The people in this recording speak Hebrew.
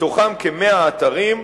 מתוכם כ-100 אתרים,